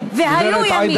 והיו ימים,